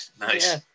Nice